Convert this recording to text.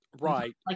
Right